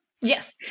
Yes